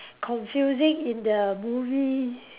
confusing in the movie